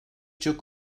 çok